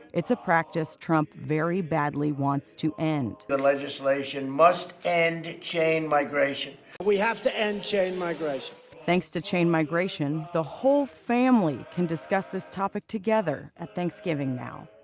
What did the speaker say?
it's a practice trump very badly wants to end. the legislation must end and chain migration. we have to end chain migration. thanks to chain migration, the whole family can discuss this topic together at thanksgiving now!